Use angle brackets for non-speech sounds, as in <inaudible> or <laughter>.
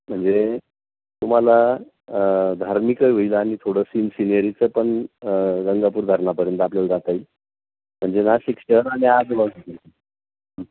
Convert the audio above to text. म्हणजे तुम्हाला धार्मिकही होईल आणि थोडं सीन सिनेरीचं पण गंगापूर धरणापर्यंत आपल्याला जाता येईल म्हणजे नाशिक शहर आणि <unintelligible>